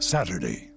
Saturday